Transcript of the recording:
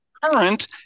current